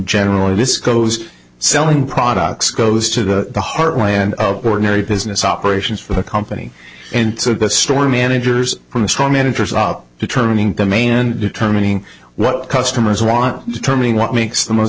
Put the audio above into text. generally this goes selling products goes to the heartland of ordinary business operations for the company and so the store managers from the strong managers up turning to main and determining what customers want determining what makes the most